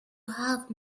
have